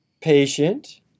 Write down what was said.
Patient